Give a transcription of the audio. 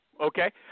okay